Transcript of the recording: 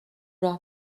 راه